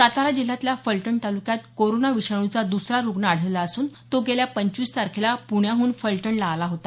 सातारा जिल्ह्यातल्या फलटण तालुक्यात कोरोना विषाणूचा द्सरा रुग्ण आढळला असून तो गेल्या पंचवीस तारखेला पुण्याहून फलटणला आला होता